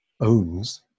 owns